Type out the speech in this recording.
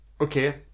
Okay